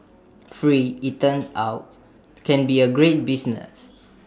free IT turns out can be A great business